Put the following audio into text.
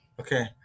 okay